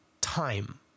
time